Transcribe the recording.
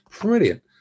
Brilliant